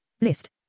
List